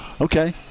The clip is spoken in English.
Okay